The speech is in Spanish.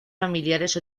familiares